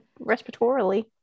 respiratorily